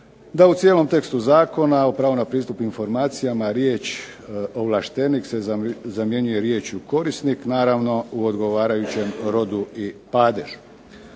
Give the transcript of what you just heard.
da u cijelom tekstu zakona o pravu na pristup informacijama riječ ovlaštenik se zamjenjuje riječju korisnik naravno u odgovarajućem rodu i padežu.